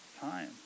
time